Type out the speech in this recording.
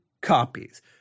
copies